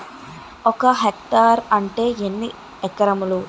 ఒక హెక్టార్ అంటే ఎన్ని ఏకరములు?